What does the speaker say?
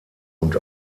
und